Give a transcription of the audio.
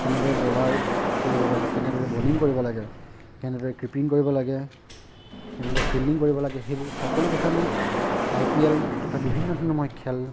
কেনেদৰে বলাৰ কৰিব লাগে কেনেদৰে বলিং কৰিব লাগে কেনেদৰে ক্ৰিপিং কৰিব লাগে কেনেদৰে ফিল্ডিং কৰিব লাগে সেইবোৰ সকলো কথা মই আই পি এল তথা বিভিন্ন ধৰণৰ মই খেল